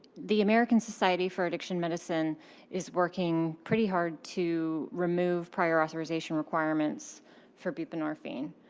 the american society for addiction medicine is working pretty hard to remove prior authorization requirements for buprenorphine.